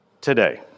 today